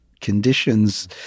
conditions